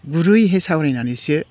गुरैहै सावरायनानैसो